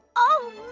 oh,